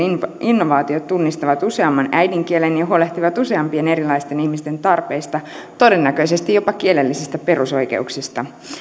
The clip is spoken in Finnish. innovaatiot tunnistavat useamman äidinkielen ja huolehtivat useampien erilaisten ihmisten tarpeista todennäköisesti jopa kielellisistä perusoikeuksista